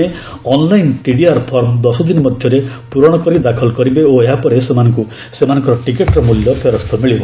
ନେ online TDR form ଦଶଦିନ ଭିତରେ ପୂରଣ କରି ଦାଖଲ କରିବେ ଓ ଏହା ପରେ ସେମାନଙ୍କ ସେମାନଙ୍କର ଟିକେଟ୍ର ମୂଲ୍ୟ ଫେରସ୍ତ ମିଳିବ